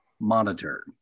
Monitor